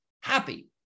happy